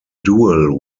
dual